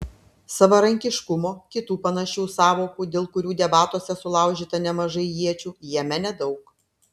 savarankiškumo kitų panašių sąvokų dėl kurių debatuose sulaužyta nemažai iečių jame nedaug